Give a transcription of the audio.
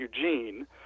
Eugene